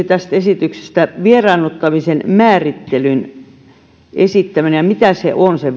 tästä esityksestä puuttuisi vieraannuttamisen määrittelyn esittäminen ja mitä se